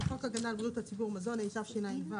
בחוק הגנה על בריאות הציבור (מזון), התשע"ו-2015